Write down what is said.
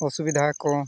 ᱚᱥᱩᱵᱤᱫᱷᱟᱠᱚ